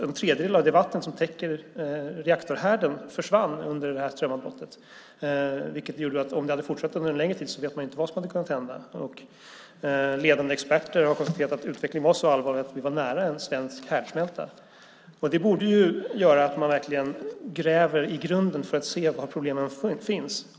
En tredjedel av det vatten som täcker reaktorhärden försvann under det här strömavbrottet. Om det hade fortsatt under en längre tid vet man inte vad som hade kunnat hända. Ledande experter har konstaterat att utvecklingen var så allvarlig att vi var nära en svensk härdsmälta. Detta borde göra att man verkligen gräver i grunden för att se var problemen finns.